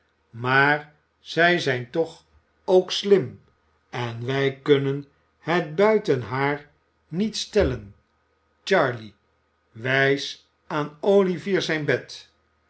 maar zij zijn toch ook slim en wij kunnen het buiten haar niet stellen charley wijs aan olivier zijn bed